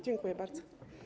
Dziękuję bardzo.